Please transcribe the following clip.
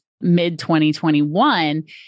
mid-2021